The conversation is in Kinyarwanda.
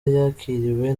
yakiriwe